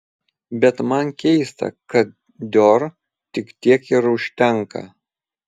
bet man keista kad dior tik tiek ir užtenka